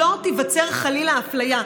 שלא תיווצר אפליה,